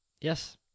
Yes